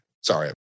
Sorry